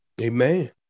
Amen